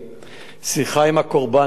שיחה עם הקורבן והתוקף,